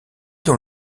dans